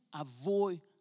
avoid